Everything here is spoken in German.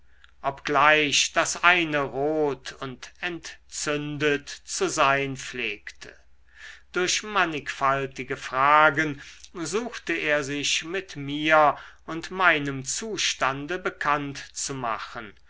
obgleich das eine rot und entzündet zu sein pflegte durch mannigfaltige fragen suchte er sich mit mir und meinem zustande bekannt zu machen